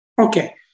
Okay